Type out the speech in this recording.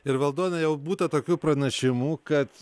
ir valdone jau būta tokių pranešimų kad